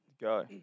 go